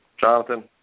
Jonathan